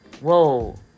Whoa